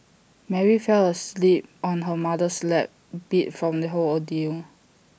Mary fell asleep on her mother's lap beat from the whole ordeal